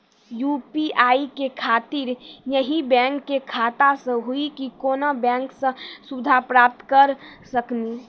UPI के खातिर यही बैंक के खाता से हुई की कोनो बैंक से सुविधा प्राप्त करऽ सकनी?